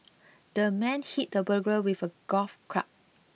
the man hit the burglar with a golf club